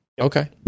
Okay